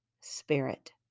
spirit